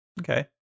Okay